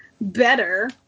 better